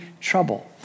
trouble